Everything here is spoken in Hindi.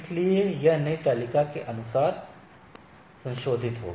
इसलिए यह नई तालिका के अनुसार संशोधित होगा